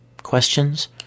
questions